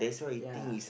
ya